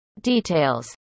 Details